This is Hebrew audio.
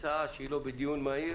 הצעה שהיא לא בדיון מהיר